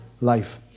life